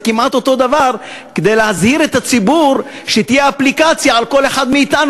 זה כמעט אותו דבר כדי להזהיר את הציבור שתהיה אפליקציה על כל אחד מאתנו,